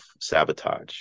sabotage